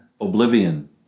oblivion